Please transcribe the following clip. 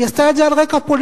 היא עשתה את זה על רקע פוליטי,